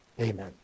Amen